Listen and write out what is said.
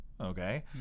okay